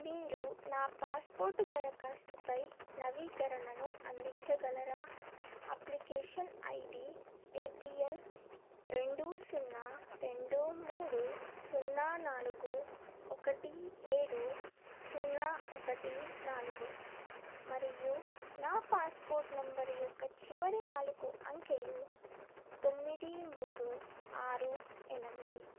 మీరు నా పాస్పోర్ట్ దరఖాస్తుపై నవీకరణను అందించగలరా అప్లికేషన్ ఐడీ ఏపీఎల్ రెండు సున్నా రెండు మూడు సున్నా నాలుగు ఒకటి ఏడు సున్నా ఒకటి నాలుగు మరియు నా పాస్పోర్ట్ నెంబర్ యొక్క చివరి నాలుగు అంకెలు తొమ్మిది మూడు ఆరు ఎనిమిది